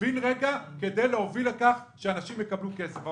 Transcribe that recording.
בין-רגע כדי להוביל לכך שאנשים יקבלו כסף.